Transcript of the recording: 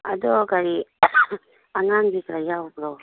ꯑꯗꯨ ꯀꯔꯤ ꯑꯉꯥꯡꯒꯤꯒ ꯌꯥꯎꯕ꯭ꯔꯣ